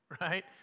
right